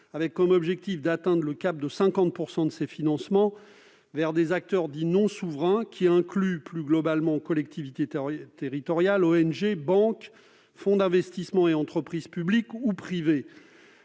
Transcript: Avec comme objectif d'atteindre le cap de 50 % de ses financements vers des acteurs dits " non souverains " qui incluent plus globalement collectivités territoriales, ONG, banques, fonds d'investissement et entreprises publiques ou privées.